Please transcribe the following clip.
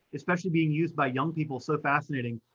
especially being used by young people, so fascinating,